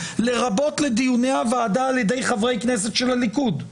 לרבות לדיוני הוועדה על ידי חברי כנסת של הליכוד,